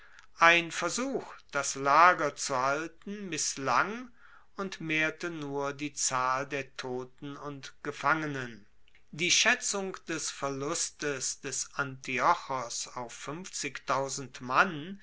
ein versuch das lager zu halten misslang und mehrte nur die zahl der toten und gefangenen die schaetzung des verlustes des antiochos auf mann